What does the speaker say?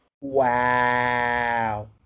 Wow